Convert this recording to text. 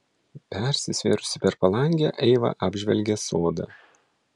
persisvėrusi per palangę eiva apžvelgė sodą